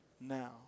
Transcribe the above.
now